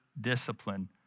discipline